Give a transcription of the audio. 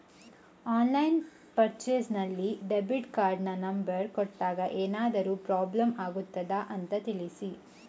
Online purchase ನಲ್ಲಿ debit ಕಾರ್ಡಿನ number ಕೊಟ್ಟಾಗ ಏನಾದರೂ ಪ್ರಾಬ್ಲಮ್ ಆಗುತ್ತದ ಅಂತ ತಿಳಿಸಿ?